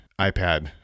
iPad